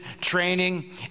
training